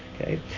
Okay